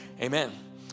Amen